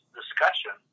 discussion